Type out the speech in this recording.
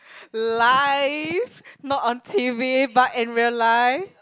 live not on T_V but in real life